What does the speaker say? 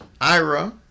Ira